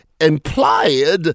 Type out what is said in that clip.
implied